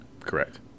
Correct